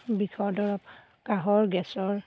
বিষৰ দৰৱ কাঁহৰ গেছৰ